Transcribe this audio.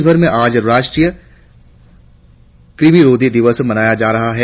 देशभर में आज राष्ट्रीय कृमिरोधी दिवस मनाया जा रहा है